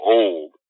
old